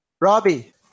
Robbie